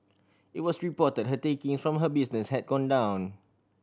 it was reported her taking from her business had gone down